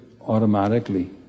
automatically